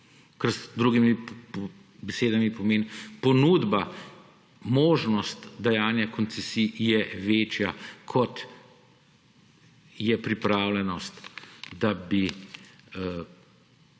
kar z drugimi besedami pomeni, ponudba, možnost dajanja koncesij je večja, kot je pripravljenost, da bi nekdo